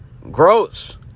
gross